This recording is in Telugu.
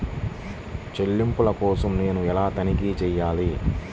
చెల్లింపుల కోసం నేను ఎలా తనిఖీ చేయాలి?